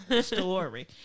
story